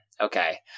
okay